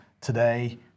today